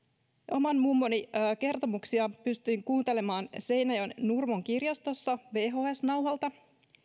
oman mummoni kertomuksia pystyin kuuntelemaan seinäjoen nurmon kirjastossa vhs nauhalta